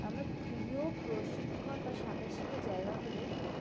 আমার প্রিয় প্রশিক্ষণ বা সাঁতার শেখার জায়গা হলো